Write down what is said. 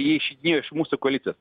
jie išeidinėjo iš mūsų koalicijos